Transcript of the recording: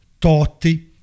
Totti